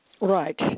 Right